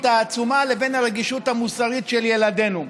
העצומה לבין הרגישות המוסרית של ילדינו.